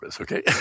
okay